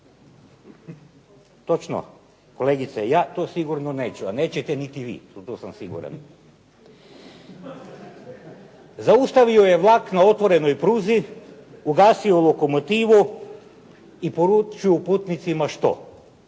Točno kolegice, ja to sigurno neću, a nećete niti vi, u to sam siguran. Zaustavio je vlak na otvorenoj pruzi, ugasio lokomotivu i poručio putnicima što?